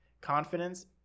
Confidence